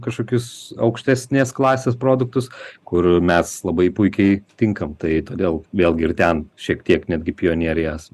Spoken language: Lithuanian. kažkokius aukštesnės klasės produktus kur mes labai puikiai tinkam tai todėl vėlgi ir ten šiek tiek netgi pionieriai esam